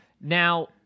Now